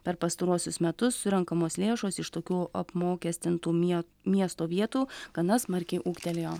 per pastaruosius metus surenkamos lėšos iš tokių apmokestintų mie miesto vietų gana smarkiai ūgtelėjo